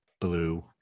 blue